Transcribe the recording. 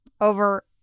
over